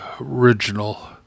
original